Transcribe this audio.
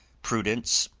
prudence,